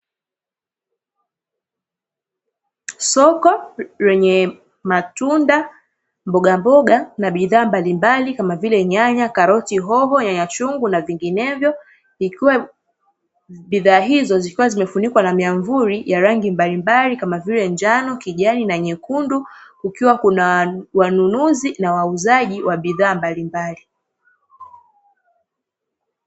Soko lenye matunda mbaogamboga na bidhaa mbalimbali, kama vile nyanya, karoti, hoho, nyanyachungu na vinginevyo, ikiwa bidhaa hizo zimefunikwa na miamvuli ya rangi mbalimbali, kama vile, njano, kijani na nyekundu, kukiwa kuna wanunuzi na wauzaji wa bidhaa mbalimbali.